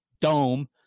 dome